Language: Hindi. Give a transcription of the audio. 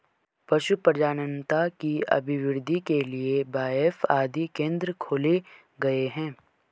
पशु प्रजननता की अभिवृद्धि के लिए बाएफ आदि केंद्र खोले गए हैं